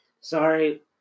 Sorry